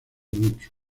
mucho